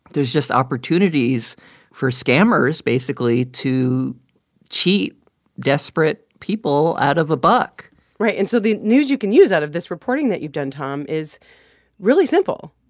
there's just opportunities for scammers, basically, to cheat desperate people out of a buck right. and so the news you can use out of this reporting that you've done, tom, is really simple.